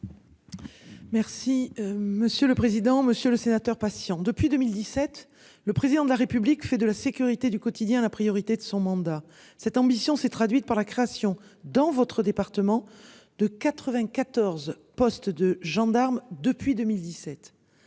Merci monsieur le président, Monsieur le Sénateur patients depuis 2017, le président de la République fait de la sécurité du quotidien. La priorité de son mandat, cette ambition s'est traduite par la création dans votre département de 94 postes de gendarmes depuis 2017